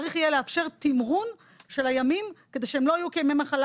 צריך יהיה לאפשר תמרון של הימים כדי שהם לא יהיו כימי מחלה